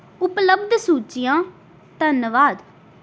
ਉਪਲੱਬਧ ਸੂਚੀਆਂ ਧੰਨਵਾਦ